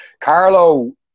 Carlo